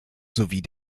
sowie